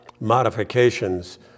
modifications